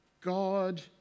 God